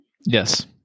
Yes